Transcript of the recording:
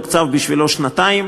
הוקצבו בשבילו שנתיים,